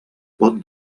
pot